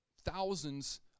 thousands